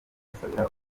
asabira